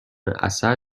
اثر